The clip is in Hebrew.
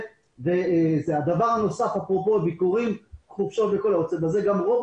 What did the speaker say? דבר נוסף אפרופו ביקורים וחופשות גם רוב